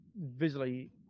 visually